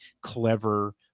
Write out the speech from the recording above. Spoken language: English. clever